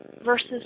versus